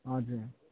हजुर